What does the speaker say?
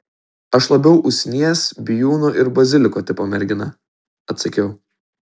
aš labiau usnies bijūno ir baziliko tipo mergina atsakiau